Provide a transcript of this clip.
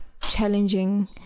challenging